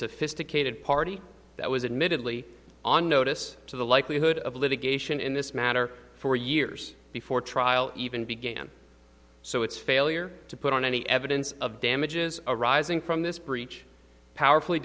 sophisticated party that was admittedly on notice to the likelihood of litigation in this matter for years before trial even began so its failure to put on any evidence of damages arising from this breach power